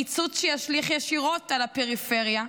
קיצוץ שישליך ישירות על הפריפריה,